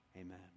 Amen